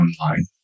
online